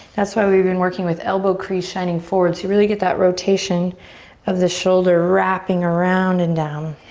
that's why we've been working with elbow crease shining forward so you really get that rotation of the shoulder wrapping around and down.